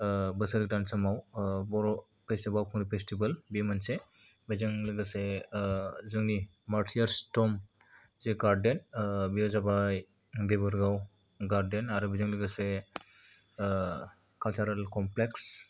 बोसोर गोदान समाव बर' बैसागु बावखुंग्रि फेसटिभेल बे मोनसे बेजों लोगोसे जोंनि मारटियार्स टम्ब जे गारदेन बेयो जाबाय देबरगाव गारदेन आरो बेजों लोगोसे कालसारेल कमप्लेक्स